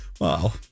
Wow